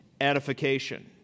edification